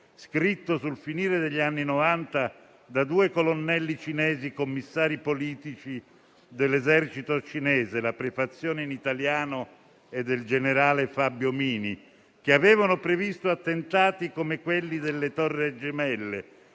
scritto sul finire degli anni Novanta da due colonnelli cinesi commissari politici dell'esercito cinese - la prefazione in italiano è del generale Fabio Mini - che avevano previsto attentati come quello alle Torri Gemelle,